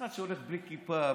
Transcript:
אחד שהולך בלי כיפה,